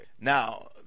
Now